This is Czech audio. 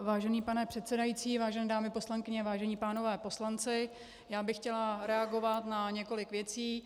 Vážený pane předsedající, vážené dámy poslankyně, vážen pánové poslanci, já bych chtěla reagovat na několik věcí.